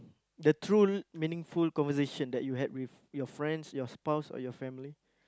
the true meaningful conversation that you had with your friends your spouse or your family